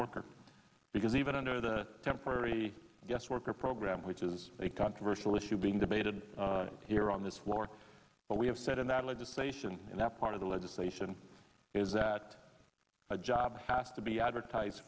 worker because even under the temporary guest worker program which is a controversial issue being debated here on this floor but we have said in that legislation in that part of the legislation is that a job has to be advertise